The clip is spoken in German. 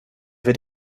wird